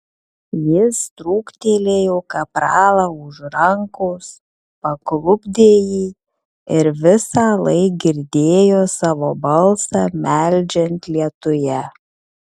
jis trūktelėjo kapralą už rankos paklupdė jį ir visąlaik girdėjo savo balsą meldžiant lietuje